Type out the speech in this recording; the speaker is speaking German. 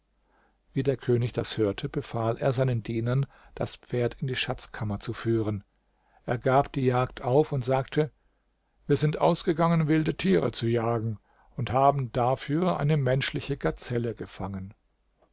wie der könig das hörte befahl er seinen dienern das pferd in die schatzkammer zu führen er gab die jagd auf und sagte wir sind ausgegangen wilde tiere zu jagen und haben dafür eine menschliche gazelle gefangen